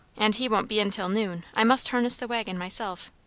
and he won't be in till noon. i must harness the waggon myself.